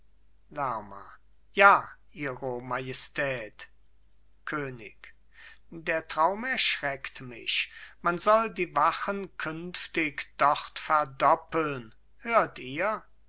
lerma ja ihre majestät könig der traum erschreckt mich man soll die wachen künftig dort verdoppeln hört ihr